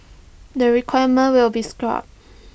the requirement will be scrapped